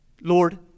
Lord